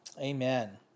amen